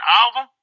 album